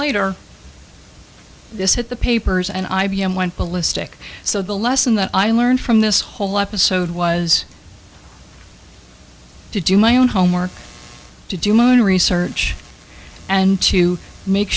later this hit the papers and i b m went ballistic so the lesson that i learned from this whole episode was to do my own homework to do my own research and to make